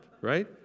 right